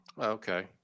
Okay